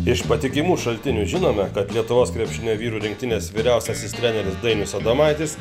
iš patikimų šaltinių žinome kad lietuvos krepšinio vyrų rinktinės vyriausiasis treneris dainius adomaitis